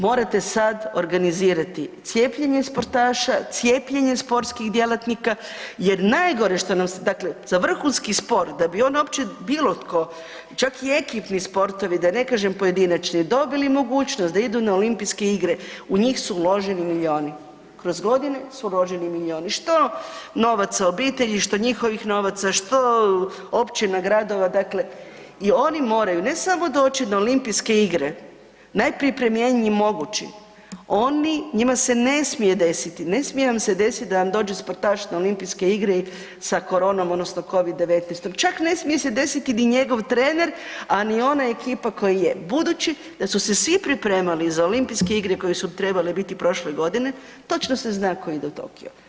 Morate sad organizirati cijepljenje sportaša, cijepljenje sportskih djelatnika, jer najgore što nam se, dakle za vrhunski sport da bi on uopće bilo tko, čak i ekipni sportovi da ne kažem pojedinačni dobili mogućnosti da idu na olimpijske igre u njih su uloženi milioni, kroz godine su uloženi milioni, što novaca obitelji, što njihovih novaca, što općina, gradova, dakle i oni moraju ne samo doći na olimpijske igre, najprije …/nerazumljivo/… mogući oni, njima se ne smije desiti, ne smije nam se desiti da nam dođe sportaš na olimpijske igre sa koronom odnosno Covid-19, čak ne smije se desiti ni njegov trener, a ni ona ekipa koja je budući da su se svi pripremali za olimpijske igre koje su trebale biti prošle godine točno se zna tko ide u Tokio.